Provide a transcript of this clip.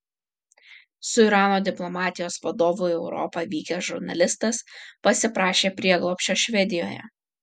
su irano diplomatijos vadovu į europą vykęs žurnalistas pasiprašė prieglobsčio švedijoje